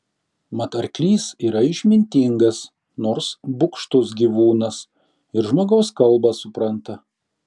mat arklys yra išmintingas nors bugštus gyvūnas ir žmogaus kalbą supranta